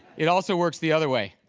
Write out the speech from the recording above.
it also works the other way.